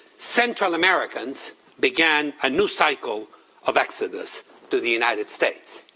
central americans began a new cycle of exodus to the united states.